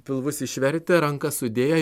pilvus išvertę rankas sudėję